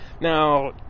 Now